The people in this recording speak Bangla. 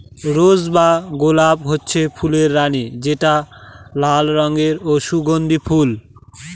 রোস বা গলাপ হচ্ছে ফুলের রানী যেটা লাল রঙের ও সুগন্ধি ফুল